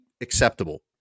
acceptable